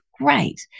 great